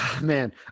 Man